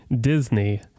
Disney